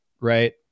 Right